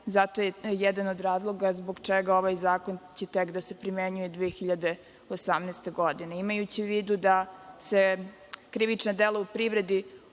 Zato je jedan od razloga zbog čega ovaj zakon će tek da se primenjuje 2018. godine. Imajući u vidu da se krivična dela u privredi